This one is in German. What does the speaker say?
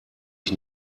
ich